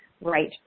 right